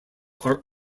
are